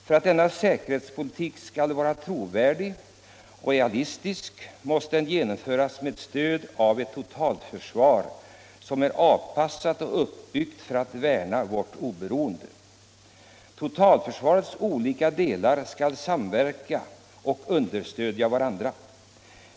För att denna säkerhetspolitik skall vara trovärdig och realistisk måste den genomföras med stöd av ett totalförsvar som är avpassat och uppbyggt för att värna vårt oberoende. Totalförsvarets olika delar skall samverka och understödja varandra.